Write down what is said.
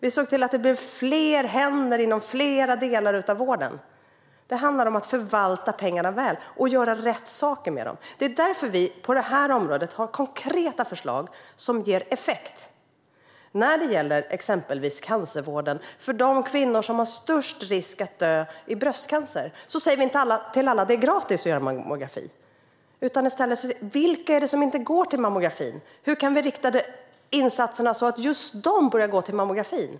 Vi såg till att det blev fler händer inom fler delar av vården. Det handlar om att förvalta pengarna väl och göra rätt saker med dem. Det är därför vi på detta område har konkreta förslag som ger effekt när det gäller exempelvis cancervården för de kvinnor som har störst risk att dö i bröstcancer. Vi säger inte till alla att det är gratis att göra mammografi, utan vi säger i stället: Vilka är det som inte går till mammografin? Hur kan vi rikta insatserna så att just de börjar gå dit?